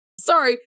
Sorry